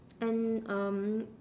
and um